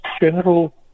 general